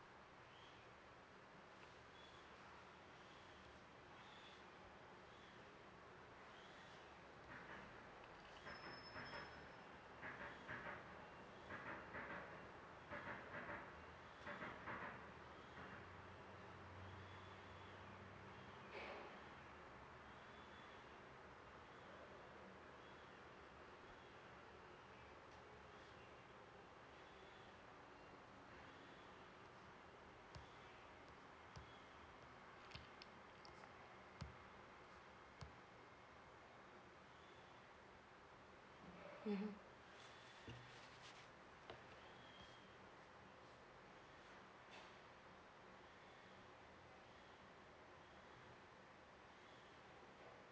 mmhmm